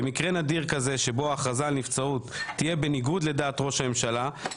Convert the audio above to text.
במקרה נדיר כזה שבו ההכרזה על נבצרות תהיה בניגוד לדעת ראש הממשלה,